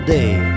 day